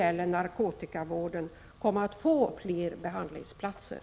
om narkomanvården kommer att få fler behandlingsplatser.